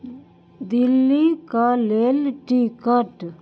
दिल्ली के लेल टिकट